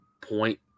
point